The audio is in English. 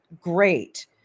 Great